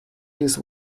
his